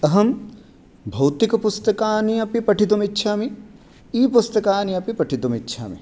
अहं भौतिकपुस्तकानि अपि पठितुमिच्छामि ई पुस्तकानि अपि पठितुमिच्छामि